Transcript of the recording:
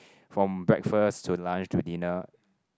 from breakfast to lunch to dinner